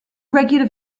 regular